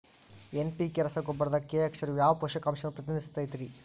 NPK ರಸಗೊಬ್ಬರದಾಗ K ಅಕ್ಷರವು ಯಾವ ಪೋಷಕಾಂಶವನ್ನ ಪ್ರತಿನಿಧಿಸುತೈತ್ರಿ?